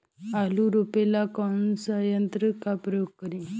आलू रोपे ला कौन सा यंत्र का प्रयोग करी?